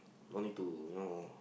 no need to you know